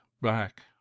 back